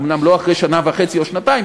אומנם לא אחרי שנה וחצי או שנתיים,